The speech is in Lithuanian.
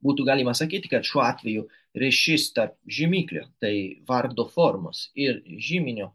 būtų galima sakyti kad šiuo atveju ryšys tarp žymiklio tai vardo formos ir žyminio